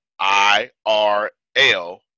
IRL